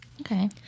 Okay